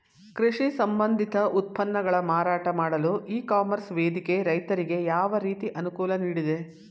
ಕೃಷಿ ಸಂಬಂಧಿತ ಉತ್ಪನ್ನಗಳ ಮಾರಾಟ ಮಾಡಲು ಇ ಕಾಮರ್ಸ್ ವೇದಿಕೆ ರೈತರಿಗೆ ಯಾವ ರೀತಿ ಅನುಕೂಲ ನೀಡಿದೆ?